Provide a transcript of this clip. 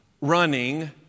running